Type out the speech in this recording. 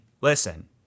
listen